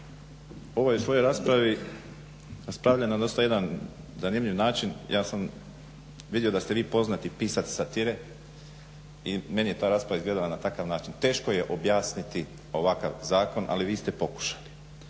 ovoj svojoj raspravi raspravljali na jedan dosta zanimljiv način. Ja sam vidio da ste vi poznati pisac satire i meni je ta rasprava izgledala na takav način. Teško je objasniti ovakav zakon, ali vi ste pokušali.